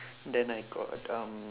then I got um